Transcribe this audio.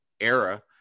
era